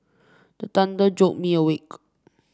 the thunder jolt me awake